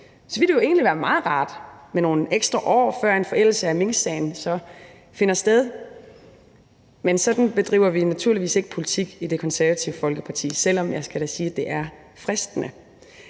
Så ville det jo egentlig være meget rart med nogle ekstra år, før en forældelse af minksagen finder sted, men sådan bedriver vi naturligvis ikke politik i Det Konservative Folkeparti, altså selv om jeg da skal sige, at det er fristende.